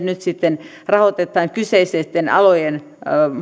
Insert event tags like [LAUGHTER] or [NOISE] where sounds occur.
[UNINTELLIGIBLE] nyt sitten rahoitetaan kyseisten alojen